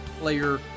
player